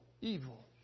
evil